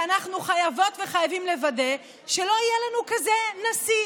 ואנחנו חייבות וחייבים לוודא שלא יהיה לנו כזה נשיא,